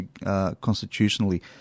constitutionally